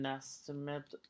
estimate